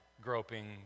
groping